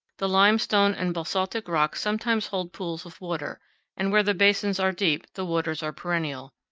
the limestone and basaltic rocks sometimes hold pools of water and where the basins are deep the waters are perennial.